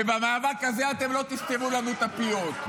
ובמאבק הזה אתם לא תסתמו לנו את הפיות.